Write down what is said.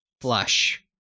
flush